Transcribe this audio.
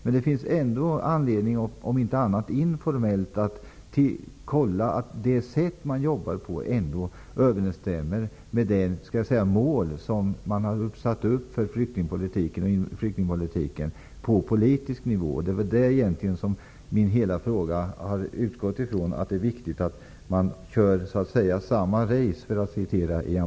Men det finns ändå anledning att kolla, om inte annat informellt, att det sätt man jobbar på överensstämmer med de mål man har satt upp för flyktingpolitiken på politisk nivå. Det är vad min fråga utgår från, att det är viktigt att man ''kör samma race'', för att citera Ian